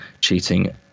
cheating